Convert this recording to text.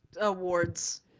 awards